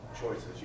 Choices